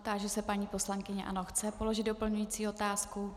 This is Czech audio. Táži se paní poslankyně ano, chce položit doplňující otázku.